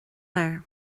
léir